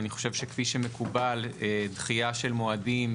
אני חושב שכפי שמקובל דחייה של מועדים,